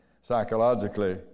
psychologically